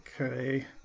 okay